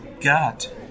got